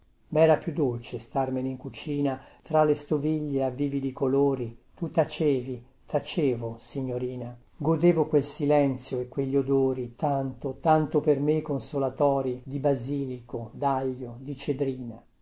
dispregio mera più dolce starmene in cucina tra le stoviglie a vividi colori tu tacevi tacevo signorina godevo quel silenzio e quegli odori tanto tanto per me consolatori di basilico daglio di cedrina